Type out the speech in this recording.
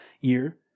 year